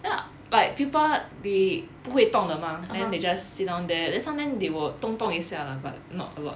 ya like pupa they 不会动的 mah then they just sit down there then sometimes they will 动动一下 lah but not a lot